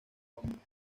nombre